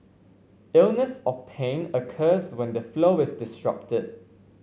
illness or pain occurs when the flow is disrupted